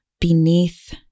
beneath